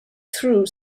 through